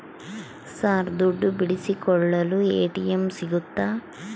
Sir ದುಡ್ಡು ಬಿಡಿಸಿಕೊಳ್ಳಲು ATM ಸಿಗುತ್ತಾ?